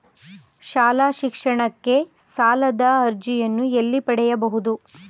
ಶಾಲಾ ಶಿಕ್ಷಣಕ್ಕೆ ಸಾಲದ ಅರ್ಜಿಯನ್ನು ಎಲ್ಲಿ ಪಡೆಯಬಹುದು?